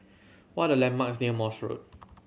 what are the landmarks near Morse Road